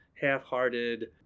half-hearted